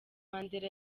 mandela